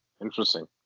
Interesting